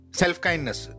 self-kindness